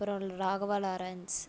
அப்புறம் ராகவா லாரன்ஸ்